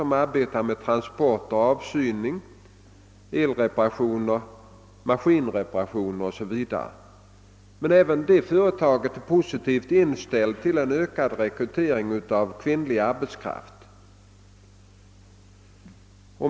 De arbetar med transport, avsyning, eloch maskinreparationer 0.s. v. Även detta företag är emellertid positivt inställt till en ökad rekrytering av kvinnlig arbetskraft.